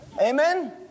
Amen